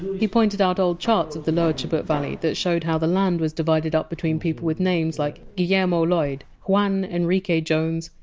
he pointed out old charts of the lower chubut valley that showed how the land was divided up between people with names like guillermo lloyd, juan enrique jones,